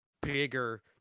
bigger